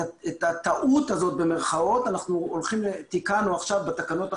את ה"טעות הזאת" תיקנו עכשיו בתקנות החדשות,